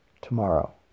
tomorrow